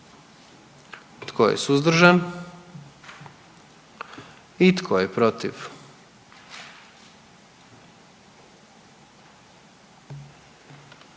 Tko je suzdržan? Tko je protiv?